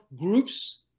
groups